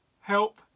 help